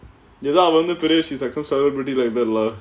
ஏத்த வந்து பெரிய:yaetha vanthu periya she like some celebrity like that lah